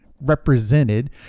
represented